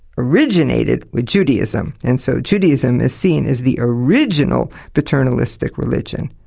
originated with judaism, and so judaism is seen as the original paternalistic religion.